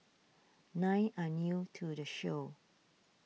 nine are new to the show